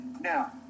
Now